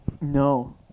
No